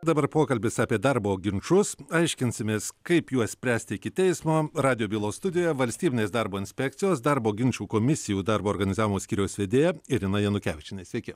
dabar pokalbis apie darbo ginčus aiškinsimės kaip juos spręsti iki teismo radijo bylos studijoje valstybinės darbo inspekcijos darbo ginčų komisijų darbo organizavimo skyriaus vedėja irina janukevičienė sveiki